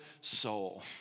soul